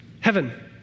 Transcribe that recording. Heaven